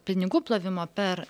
pinigų plovimo per